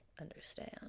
understand